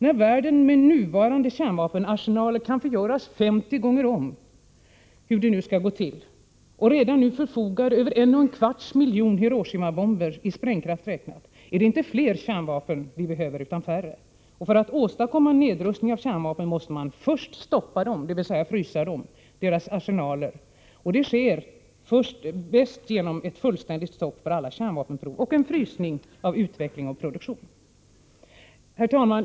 När världen med nuvarande kärnvapenarsenaler kan förgöras 50 gånger om — hur det nu skall gå till — och redan nu förfogar över en och en kvarts miljon Hiroshimabomber, i sprängkraft räknat, är det inte fler kärnvapen vi behöver utan färre! Och för att åstadkomma en nedrustning vad avser kärnvapen måste man först stoppa dem, dvs. frysa ländernas kärnvapenarsenaler — vilket sker bäst genom ett fullständigt stopp för alla kärnvapenprov och genom att frysa utveckling och produktion av alla kärnvapen och kärnvapenbärare. Herr talman!